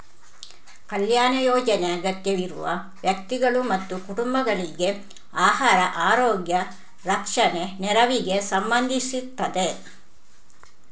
ಕಲ್ಯಾಣ ಯೋಜನೆ ಅಗತ್ಯವಿರುವ ವ್ಯಕ್ತಿಗಳು ಮತ್ತು ಕುಟುಂಬಗಳಿಗೆ ಆಹಾರ, ಆರೋಗ್ಯ, ರಕ್ಷಣೆ ನೆರವಿಗೆ ಸಂಬಂಧಿಸಿರ್ತದೆ